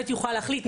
להחליט,